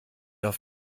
auf